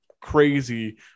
crazy